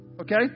Okay